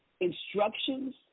instructions